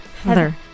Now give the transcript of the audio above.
Heather